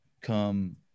come